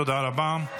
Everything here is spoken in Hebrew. תודה רבה.